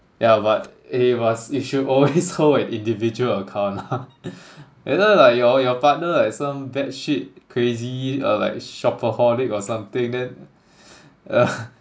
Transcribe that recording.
yeah but eh must you should always hold an individual account lah later like your your partner like some batshit crazy uh like shopaholic or something then uh